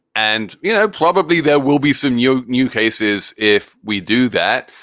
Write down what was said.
and, you know, probably there will be some new new cases if we do that.